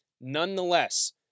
Nonetheless